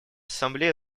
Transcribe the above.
ассамблея